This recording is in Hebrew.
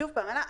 שוב פעם.